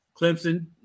Clemson